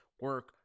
Work